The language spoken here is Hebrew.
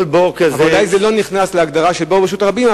אבל אולי זה לא נכנס להגדרה של בור רשות הרבים.